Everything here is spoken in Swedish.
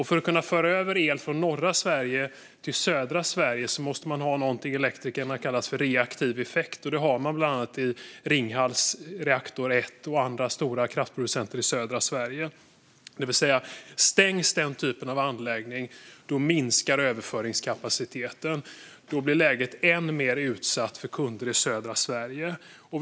För att kunna föra över el från norra Sverige till södra Sverige måste man ha någonting som elektrikerna kallar reaktiv effekt, och det har man bland annat i Ringhals reaktor 1 och hos andra stora kraftproducenter i södra Sverige. Det innebär att överföringskapaciteten minskar om den typen av anläggning stängs, och då blir läget för kunder i södra Sverige än mer utsatt.